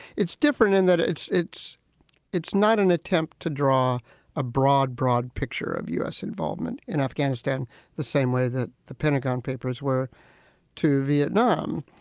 it's different in that it's it's it's not an attempt to draw a broad, broad picture of u s. involvement in afghanistan the same way that the pentagon papers were to vietnam.